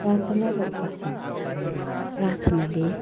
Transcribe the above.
प्रार्थना र उपासना प्रार्थनाले